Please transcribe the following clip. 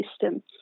system